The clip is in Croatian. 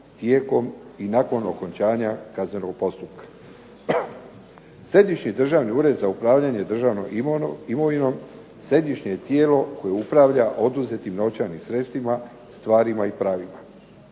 tijekom i nakon okončanja kaznenog postupka. Središnju državni ured za upravljanjem državnom imovinom, središnje je tijelo koje upravlja oduzetim novčanim sredstvima, pravima i stvarima.